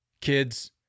Kids